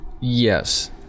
yes